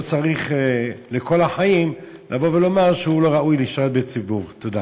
לא צריך לבוא ולומר שהוא לא ראוי לשרת בציבור לכל החיים.